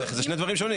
זה שני דברים שונים.